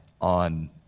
on